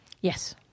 Yes